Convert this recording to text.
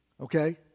Okay